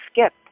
skip